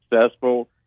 successful